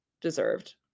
deserved